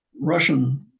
Russian